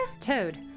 Toad